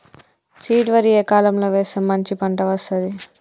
Seed వరి ఏ కాలం లో వేస్తే మంచి పంట వస్తది?